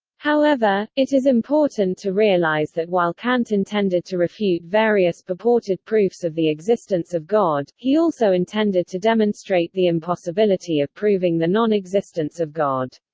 however, it is important to realize that while kant intended to refute various purported proofs of the existence of god, he also intended to demonstrate the impossibility of proving the non-existence of god.